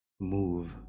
move